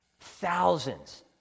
Thousands